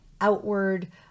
outward